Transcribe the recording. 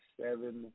seven